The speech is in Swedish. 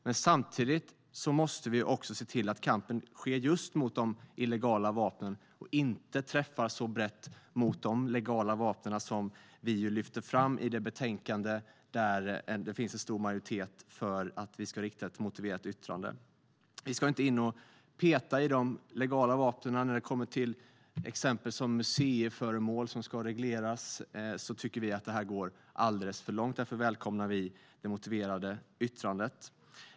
Men samtidigt måste vi se till att kampen förs just mot de illegala vapnen och inte träffar så brett mot de legala vapnen, vilket vi lyfter fram i betänkandet, där det finns en stor majoritet för ett motiverat yttrande. Vi ska inte in och peta i de legala vapnen. När det handlar om att till exempel museiföremål ska regleras tycker vi att det går alldeles för långt. Därför välkomnar vi det motiverade yttrandet.